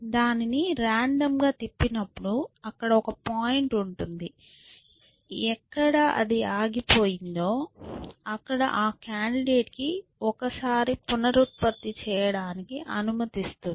దానిని రాండమ్ గా తిప్పినప్పుడు అక్కడ ఒక పాయింట్ ఉంటుంది ఎక్కడైది అది ఆగిపోయిందో అక్కడ ఆ కాండిడేట్ కి ఒకసారి పునరుత్పత్తి చేయడానికి అనుమతిస్తుంది